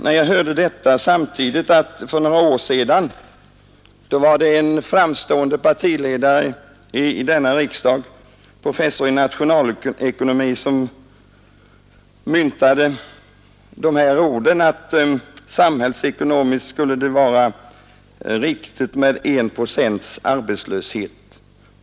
När jag hörde det erinrade jag mig att det för några år sedan var en framstående partiledare i riksdagen, herr Ohlin, som bekant professor i nationalekonomi, som då myntade orden att det samhällsekonomiskt var riktigt med 1 procents arbetslöshet.